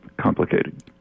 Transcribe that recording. complicated